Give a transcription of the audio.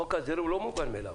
חוק ההסדרים הוא לא מובן מאליו.